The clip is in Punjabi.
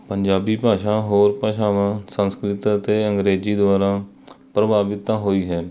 ਪੰਜਾਬੀ ਭਾਸ਼ਾ ਹੋਰ ਭਾਸ਼ਾਵਾਂ ਸੰਸਕ੍ਰਿਤ ਅਤੇ ਅੰਗਰੇਜ਼ੀ ਦੁਆਰਾ ਪ੍ਰਭਾਵਿਤ ਤਾਂ ਹੋਈ ਹੈ